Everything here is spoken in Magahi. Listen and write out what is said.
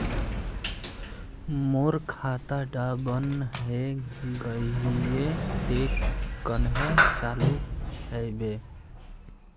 मोर खाता डा बन है गहिये ते कन्हे चालू हैबे?